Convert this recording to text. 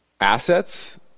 assets